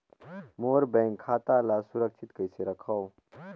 मोर bank खाता ला सुरक्षित कइसे रखव?